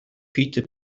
peter